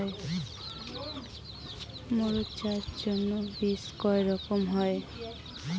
মরিচ চাষের জন্য বীজ কয় রকমের হয়?